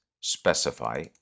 specify